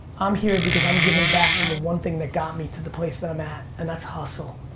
i'm here because i'm giving back to the one thing that got me to the place that i'm at and that's hustle,